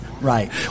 Right